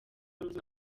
ubuzima